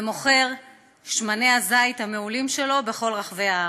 ומוכר את שמני הזית המעולים שלו בכל רחבי הארץ.